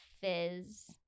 fizz